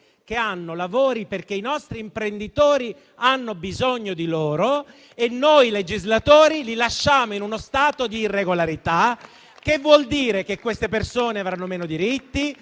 che hanno dei lavori (perché i nostri imprenditori hanno bisogno di loro) e noi legislatori le lasciamo in uno stato di irregolarità. Ciò vuol dire che queste persone avranno meno diritti;